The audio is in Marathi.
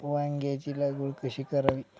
वांग्यांची लागवड कशी करावी?